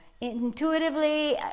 intuitively